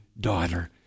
daughter